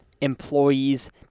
employees